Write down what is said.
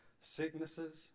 sicknesses